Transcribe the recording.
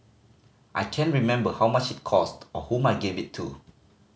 I can't remember how much it cost or whom I gave it to